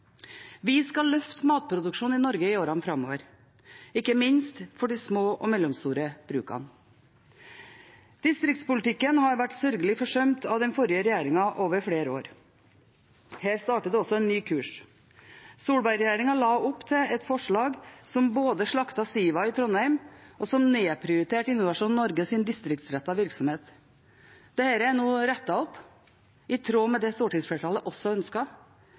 Vi skal løfte matproduksjonen i Norge i årene framover, ikke minst for de små og mellomstore brukene. Distriktspolitikken har vært sørgelig forsømt av den forrige regjeringen over flere år. Her starter det også en ny kurs. Solberg-regjeringen la opp til et forslag som både slaktet Siva i Trondheim og nedprioriterte Innovasjon Norges distriktsrettede virksomhet. Dette er nå rettet opp, i tråd med det stortingsflertallet også